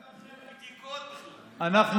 אין לכם בדיקות, אמרו, על מה אתה מדבר?